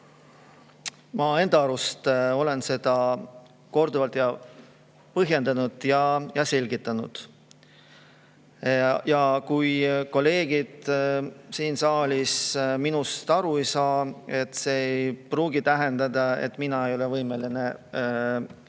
Ma enda arust olen seda korduvalt põhjendanud ja selgitanud. Kui kolleegid siin saalis minust aru ei saa, siis ei pruugi see tähendada, et mina ei ole võimeline neid